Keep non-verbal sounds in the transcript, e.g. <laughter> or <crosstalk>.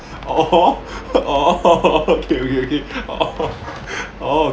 orh <laughs> orh okay okay orh orh